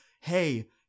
hey